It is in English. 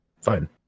fine